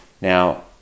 Now